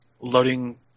loading